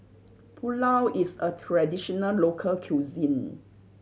pulao is a traditional local cuisine